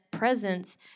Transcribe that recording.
presence